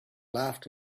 laughed